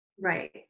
Right